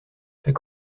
fait